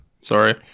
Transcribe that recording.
Sorry